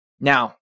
Now